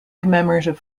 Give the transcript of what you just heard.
commemorative